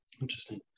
Interesting